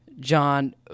John